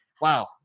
wow